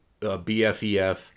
bfef